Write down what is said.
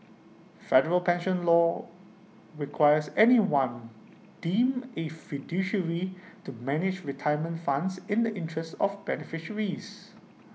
federal pension law requires anyone deemed A fiduciary to manage retirement funds in the interests of beneficiaries